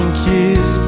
kiss